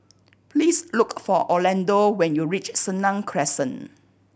please look for Orlando when you reach Senang Crescent